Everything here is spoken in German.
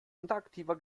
interaktiver